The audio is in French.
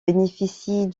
bénéficient